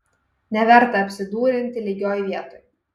neverta apsidūrinti lygioj vietoj